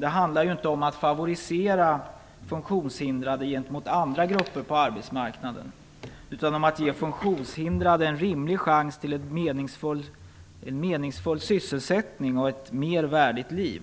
Det handlar inte om att favorisera funktionshindrade gentemot andra grupper på arbetsmarknaden, utan om att ge funktionshindrade en rimlig chans till en meningsfull sysselsättning och ett mer värdigt liv.